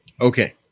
Okay